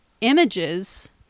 images